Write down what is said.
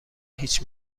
هیچ